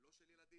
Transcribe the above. לא של ילדים,